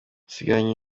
asigaranye